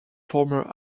former